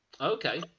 Okay